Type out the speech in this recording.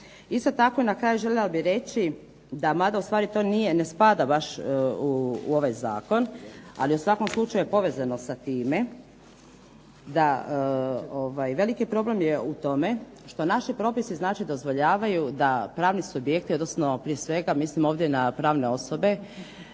Isto tako, na kraju željela bih reći da mada u stvari to nije, ne spada baš u ovaj zakon, ali je u svakom slučaju povezano sa time, velik problem je tome što naši propisi znači dozvoljavaju da pravni subjekti odnosno prije svega mislim ovdje na pravne osobe